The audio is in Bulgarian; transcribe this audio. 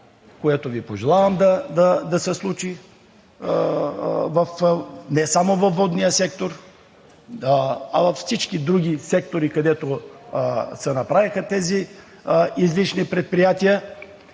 което Ви пожелавам да се случи не само във водния сектор, а във всички други сектори, където се направиха тези излишни предприятия,